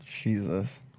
Jesus